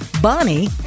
Bonnie